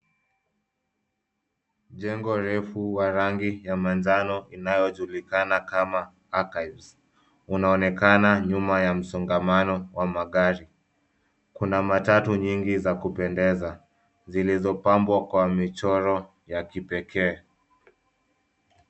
Jengo refu wa rangi ya manjano inayojulikana kama Archives unaonekana nyuma ya msongamano wa magari. Kuna matatu nyingi za kupendeza zilizopambwa kwa michoro ya kipekee.